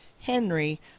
Henry